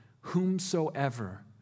whomsoever